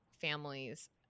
families